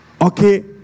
Okay